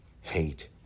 hate